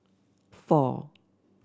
four